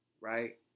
Right